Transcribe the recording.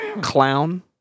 Clown